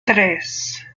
tres